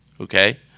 Okay